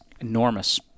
enormous